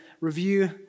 review